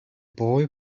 boy